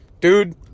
dude